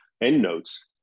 endnotes